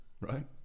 Right